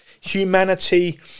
Humanity